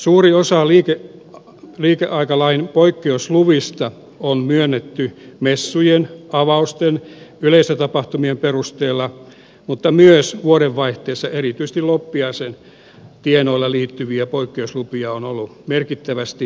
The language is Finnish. suuri osa liikeaikalain poikkeusluvista on myönnetty messujen avajaisten ja yleisötapahtumien perusteella mutta myös vuodenvaihteessa erityisesti loppiaisen tienoilla poikkeuslupia on ollut merkittävästi